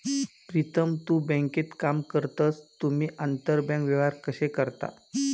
प्रीतम तु बँकेत काम करतस तुम्ही आंतरबँक व्यवहार कशे करतास?